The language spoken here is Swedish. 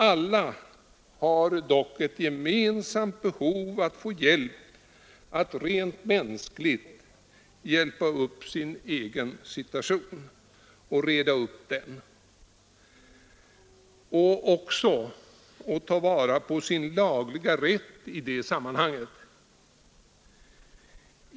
Alla har dock ett gemensamt behov av att få hjälp att rent mänskligt reda upp sin egen situation och att ta vara på sin lagliga rätt i det sammanhanget.